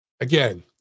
Again